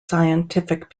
scientific